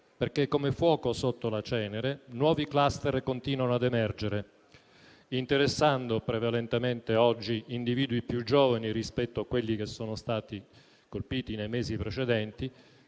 perché, come fuoco sotto la cenere, nuovi *cluster* continuano a emergere, interessando prevalentemente oggi individui più giovani rispetto a quelli colpiti nei mesi precedenti,